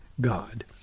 God